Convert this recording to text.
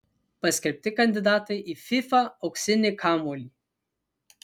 paskelbti kandidatai į fifa auksinį kamuolį